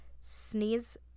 Sneeze